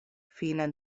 fine